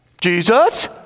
Jesus